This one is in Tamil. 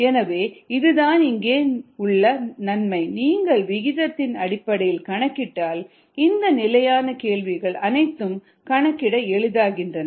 எனவே இதுதான் இங்கே உள்ள நன்மை நீங்கள் விகிதத்தின் அடிப்படையில் கணக்கிட்டால் இந்த நிலையான கேள்விகள் அனைத்தும் கணக்கிட எளிதாகின்றன